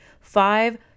Five